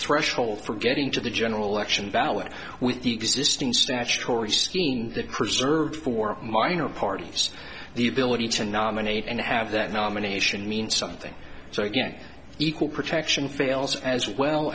threshold for getting to the general election ballot with the existing statutory scheme that preserved for minor parties the ability to nominate and have that nomination mean something so again equal protection fails as well